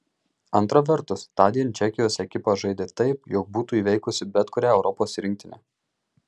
antra vertus tądien čekijos ekipa žaidė taip jog būtų įveikusi bet kurią europos rinktinę